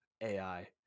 AI